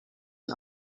and